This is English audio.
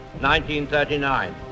1939